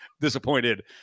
disappointed